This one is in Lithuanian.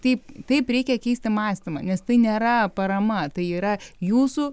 taip taip reikia keisti mąstymą nes tai nėra parama tai yra jūsų